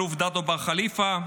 אלוף דדו בר כליפא,